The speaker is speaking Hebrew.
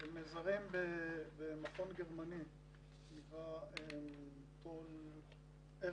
הם נעזרים במכון גרמני שנקרא "פול ארליך",